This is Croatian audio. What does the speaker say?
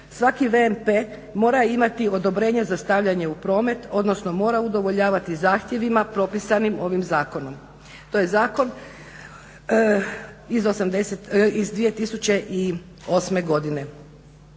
Svaki VMP mora imati odobrenje za stavljanje u promet, odnosno mora udovoljavati zahtjevima propisanim ovim zakonom. To je zakon iz 2008. godine.